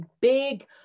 big